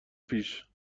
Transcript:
پیش